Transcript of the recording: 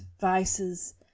vices